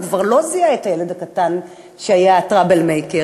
הוא כבר לא זיהה את הילד הקטן שהיה "טראבל מייקר",